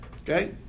okay